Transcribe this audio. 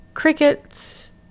crickets